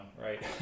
right